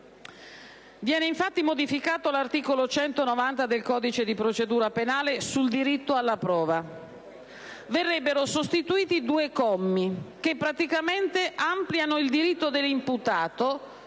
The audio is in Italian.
Viene infatti modificato l'articolo 190 del codice di procedura penale sul diritto alla prova; verrebbero sostituiti due commi, che praticamente ampliano i diritti dell'imputato,